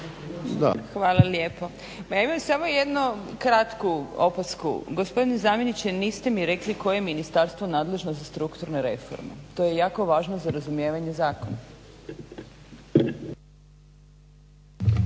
Hvala lijepa. Pa imam samo jednu kratku opasku. Gospodine zamjeniče, niste mi rekli koje je ministarstvo nadležno za strukturne reforme. To je jako važno za razumijevanje zakona.